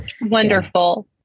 wonderful